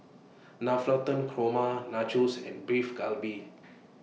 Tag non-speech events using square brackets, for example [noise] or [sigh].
Navratan Korma Nachos and Beef Galbi [noise]